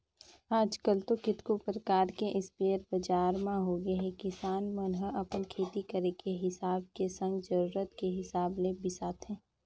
आजकल तो कतको परकार के इस्पेयर बजार म आगेहे किसान मन ह अपन खेती करे के हिसाब के संग जरुरत के हिसाब ले बिसाथे